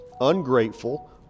ungrateful